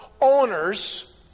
owners